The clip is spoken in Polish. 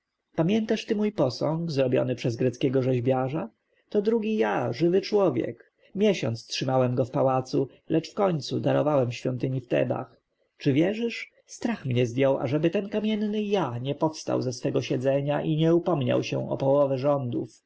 pamiętasz ty mój posąg zrobiony przez greckiego rzeźbiarza to drugi ja żywy człowiek miesiąc trzymałem go w pałacu lecz wkońcu darowałem świątyni w tebach czy wierzysz strach mnie zdjął ażeby ten kamienny ja nie powstał ze swego siedzenia i nie upomniał się o połowę rządów